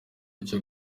icyo